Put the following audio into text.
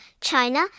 China